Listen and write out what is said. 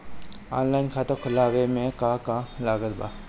Online खाता खुलवावे मे का का लागत बा?